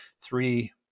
three